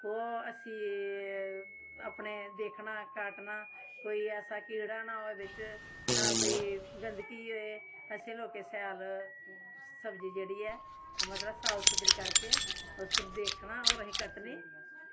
ओह् असी अपने देखना कटना कोई ऐसा कीड़ा ना होवै बिच कोई गंदगी होऐ असें लोकें शैल सब्जी जेह्ड़ी ऐ ओह् मतलब साफ सूथरी करके उस्सी देखना होर असें कट्टनी